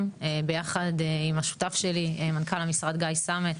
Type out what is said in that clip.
ביחד עם השותף שלי מנכ"ל המשרד גיא סמט,